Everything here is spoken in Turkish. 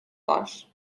var